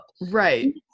right